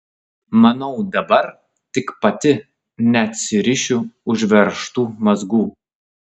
manau dabar tik pati neatsirišiu užveržtų mazgų